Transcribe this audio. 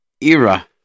era